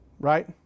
right